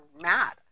mad